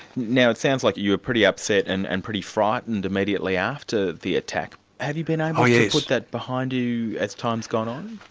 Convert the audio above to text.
now it sounds like you were pretty upset and and pretty frightened immediately after the attack. have you been able yeah to put that behind you as time's gone on?